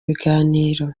biganiro